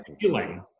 feeling